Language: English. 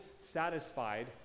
satisfied